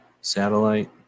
satellite